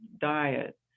diet